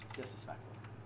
Disrespectful